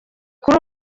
kuri